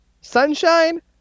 Sunshine